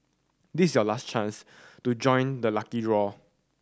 this is your last chance to join the lucky draw